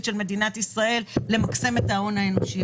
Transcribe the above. של מדינת ישראל למקסם את ההון האנושי.